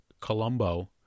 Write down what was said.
Colombo